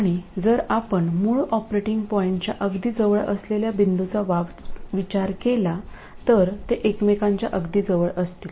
आणि जर आपण मूळ ऑपरेटिंग पॉईंटच्या अगदी जवळ असलेल्या बिंदूचा विचार केला तर ते एकमेकांच्या अगदी जवळ असतील